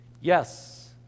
Yes